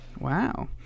Wow